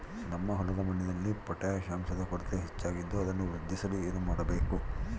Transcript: ನಮ್ಮ ಹೊಲದ ಮಣ್ಣಿನಲ್ಲಿ ಪೊಟ್ಯಾಷ್ ಅಂಶದ ಕೊರತೆ ಹೆಚ್ಚಾಗಿದ್ದು ಅದನ್ನು ವೃದ್ಧಿಸಲು ಏನು ಮಾಡಬೇಕು?